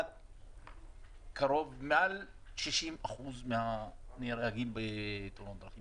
מעל 60% מההרוגים בתאונות הדרכים.